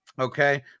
Okay